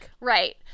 Right